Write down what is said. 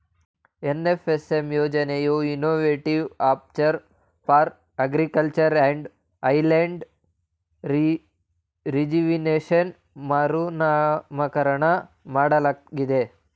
NFSM ಯೋಜನೆಯನ್ನು innovative approach for agriculture and aligned rejuvenation ಮರುನಾಮಕರಣ ಮಾಡಲಾಗಿದೆ